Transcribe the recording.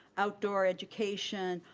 outdoor education,